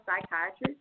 psychiatrist